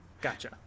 Gotcha